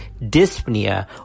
dyspnea